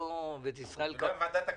לא עם ועדת הכספים?